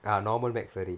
ah normal McFlurry